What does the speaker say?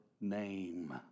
name